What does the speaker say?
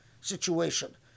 situation